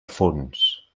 fons